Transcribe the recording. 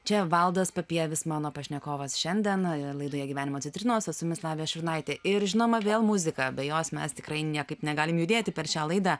čia valdas papievis mano pašnekovas šiandien laidoje gyvenimo citrinos o su jumis lavija šurnaitė ir žinoma vėl muziką be jos mes tikrai niekaip negalime judėti per šią laidą